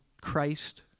Christ